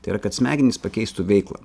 tai yra kad smegenys pakeistų veiklą